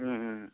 हूं हूं हूं